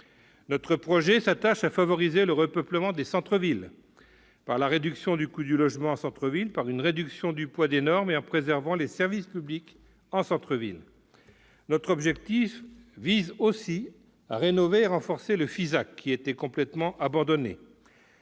élus. Il s'attache à favoriser le repeuplement des centres-villes par la réduction du coût du logement en centre-ville, la réduction du poids des normes et la préservation des services publics en centre-ville. Notre objectif est aussi de rénover et de renforcer le FISAC, le Fonds d'intervention